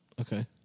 Okay